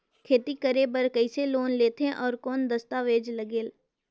खेती करे बर कइसे लोन लेथे और कौन दस्तावेज लगेल?